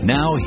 Now